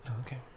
Okay